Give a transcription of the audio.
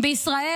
בישראל,